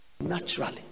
naturally